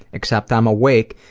except i'm awake,